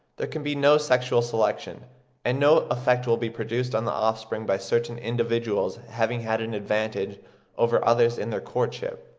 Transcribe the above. there can be no sexual selection and no effect will be produced on the offspring by certain individuals having had an advantage over others in their courtship.